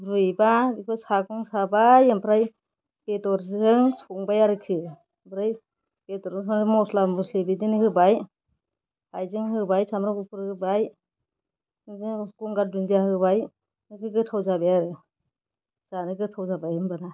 रुयोबा सागं साबाय ओमफ्राय बेद'रजों संबाय आरोखि ओमफ्राय बेदरखौ संना मस्ला मस्लि बिदिनो होबाय हायजें होबाय साम्ब्राम गुफुर होबाय बिदिनो गंगार दुन्दिया होबाय दा बे गोथाव जाबाय आरो जानो गोथाव जाबाय होमबाना